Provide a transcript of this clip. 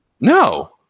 No